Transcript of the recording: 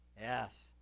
Yes